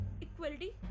equality